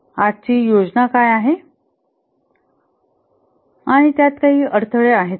आजची योजना काय आहे आणि त्यात काही अडथळे आहेत का